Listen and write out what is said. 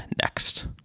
next